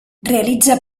realitza